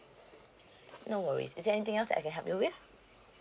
no worries is there anything else that I can help you with